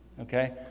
okay